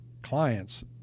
clients